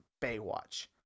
Baywatch